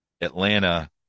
atlanta